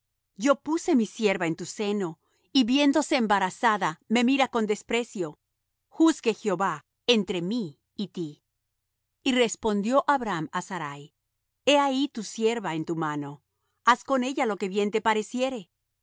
yo puse mi sierva en tu seno y viéndose embarazada me mira con desprecio juzgue jehová entre mí y ti y respondió abram á sarai he ahí tu sierva en tu mano haz con ella lo que bien te pareciere